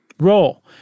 Roll